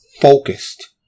focused